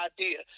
idea